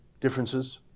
differences